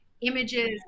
images